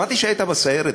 שמעתי שהיית בסיירת.